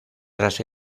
tras